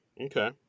Okay